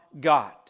God